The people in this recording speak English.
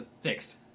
fixed